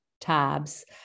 tabs